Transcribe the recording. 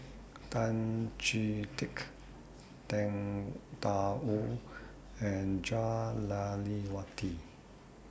Tan Chee Teck Tang DA Wu and Jah Lelawati